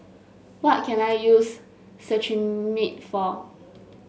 what can I use Cetrimide for